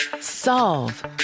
Solve